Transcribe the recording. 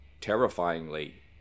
Terrifyingly